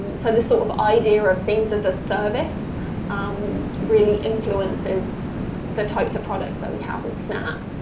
and so this sort of idea of things as a service um really influences the types of products that we have with snap.